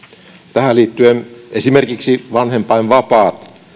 tähän liittyen esimerkiksi vanhempainvapaat